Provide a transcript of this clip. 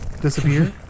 disappear